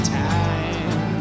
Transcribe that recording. time